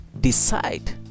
Decide